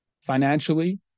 financially